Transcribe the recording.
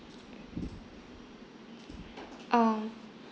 um